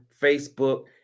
Facebook